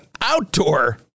outdoor